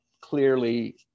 Clearly